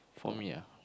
for me ah